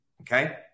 Okay